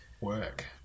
work